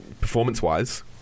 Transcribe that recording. performance-wise